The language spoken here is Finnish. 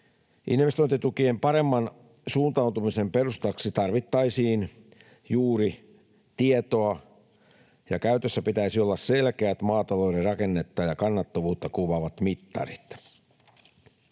Investointitukien paremman suuntautumisen perustaksi tarvittaisiin juuri tietoa, ja käytössä pitäisi olla selkeät maatalouden rakennetta ja kannattavuutta kuvaavat mittarit.